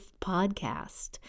Podcast